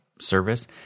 service